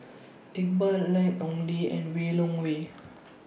Iqbal Ian Ong Li and